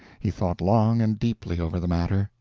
he thought long and deeply over the matter,